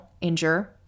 injure